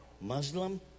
Muslim